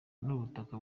n’ubutaka